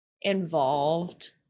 involved